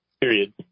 period